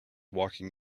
walking